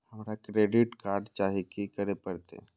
हमरा credit card चाही की करे परतै?